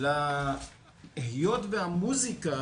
הוא יותר מרצה,